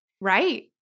Right